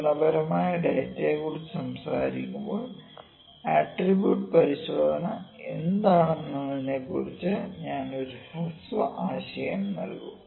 ഗുണപരമായ ഡാറ്റയെക്കുറിച്ച് സംസാരിക്കുമ്പോൾ ആട്രിബ്യൂട്ട് പരിശോധന എന്താണെന്നതിനെക്കുറിച്ച് ഞാൻ ഒരു ഹ്രസ്വ ആശയം നൽകും